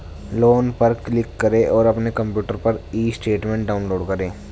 loan पर click करें और अपने कंप्यूटर पर ई स्टेटमेंट डाउनलोड करें